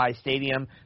stadium